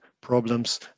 problems